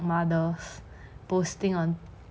mothers posting on